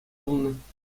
пулнӑ